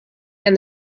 and